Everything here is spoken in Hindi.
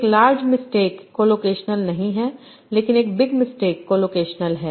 तो एक लार्ज मिस्टेक बड़ी गलती कोलोकेशनल नहीं है लेकिन एक बिग मिस्टेकबड़ी गलती कोलोकेशनल है